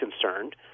concerned